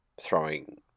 throwing